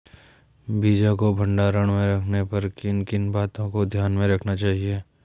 बीजों को भंडारण में रखने पर किन किन बातों को ध्यान में रखना चाहिए?